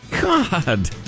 God